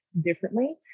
differently